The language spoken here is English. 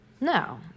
No